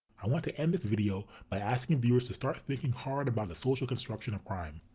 i want to end this video by asking viewers to start thinking hard about the social construction of crime.